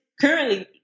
currently